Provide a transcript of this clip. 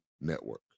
Network